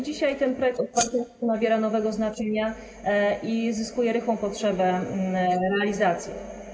Dzisiaj ten projekt obywatelski nabiera nowego znaczenia i zyskuje rychłą potrzebę realizacji.